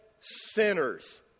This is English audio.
sinners